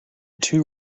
two